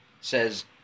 says